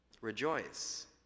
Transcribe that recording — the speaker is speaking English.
rejoice